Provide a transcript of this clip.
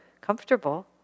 comfortable